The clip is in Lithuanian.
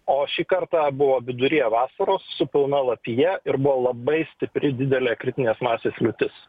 o šį kartą buvo viduryje vasaros su pilna lapija ir buvo labai stipri didelė kritinės masės liūtis